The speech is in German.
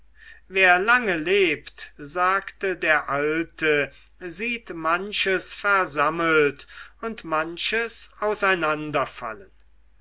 wer lange lebt sagte der alte sieht manches versammelt und manches